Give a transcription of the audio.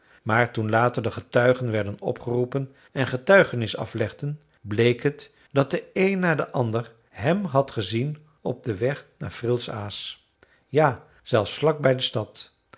maar toen later de getuigen werden opgeroepen en getuigenis aflegden bleek het dat de een na den ander hem had gezien op den weg naar frilles aas ja zelfs vlak bij de stad